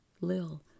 Lil